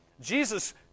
Jesus